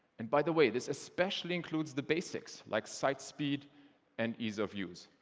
and by the way, this especially includes the basics, like site speed and ease of use.